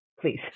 please